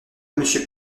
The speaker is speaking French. monsieur